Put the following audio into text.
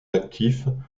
actifs